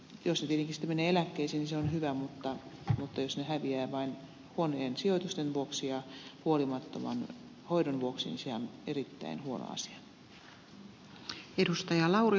jos ne tietenkin sitten menevät eläkkeisiin niin se on hyvä mutta jos ne häviävät vain huonojen sijoitusten vuoksi ja huolimattoman hoidon vuoksi niin sehän on erittäin huono asia